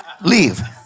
leave